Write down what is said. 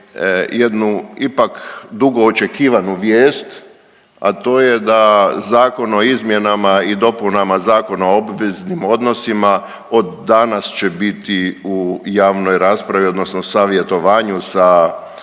jednu ipak dugo očekivanu vijest, a to je da Zakon o izmjenama i dopunama Zakona o obveznim odnosima od danas će biti u javnoj raspravi odnosno savjetovanju sa